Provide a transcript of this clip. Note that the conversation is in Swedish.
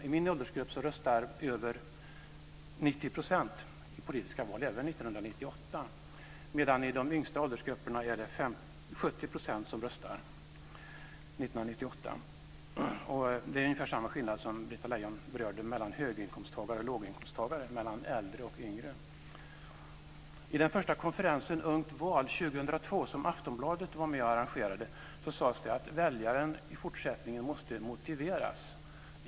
I min åldersgrupp röstar över 90 % i politiska val, även 1998, medan det i de yngsta åldersgrupperna är 70 % som röstar, också 1998. Det är ungefär samma skillnad mellan äldre och yngre som Britta Lejon berörde mellan höginkomsttagare och låginkomsttagare. I den första konferensen Ungt val 2002, som Aftonbladet var med och arrangerade, sades det att väljaren i fortsättningen måste motiveras.